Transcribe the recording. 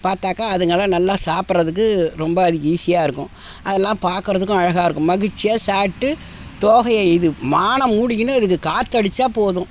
பார்த்தாக்கா அதுங்கள்லாம் நல்லா சாப்பிட்றதுக்கு ரொம்ப அது ஈஸியாக இருக்கும் அதல்லாம் பாக்கறதுக்கும் அழகா இருக்கும் மகிழ்ச்சியாக சாப்பிட்டு தோகையை இது வானம் மூடிக்கின்னு அதுக்கு காற்று அடித்தா போதும்